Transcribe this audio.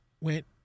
went